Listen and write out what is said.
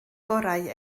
gorau